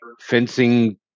fencing